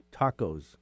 tacos